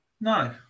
No